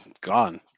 gone